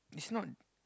it's not